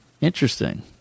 Interesting